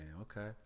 Okay